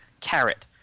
carrot